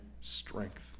strength